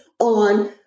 on